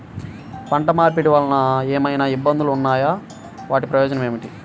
పంట మార్పిడి వలన ఏమయినా ఇబ్బందులు ఉన్నాయా వాటి ప్రయోజనం ఏంటి?